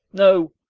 no,